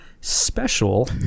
special